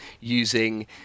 using